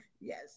Yes